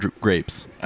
grapes